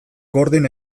gordin